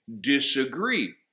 disagree